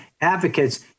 advocates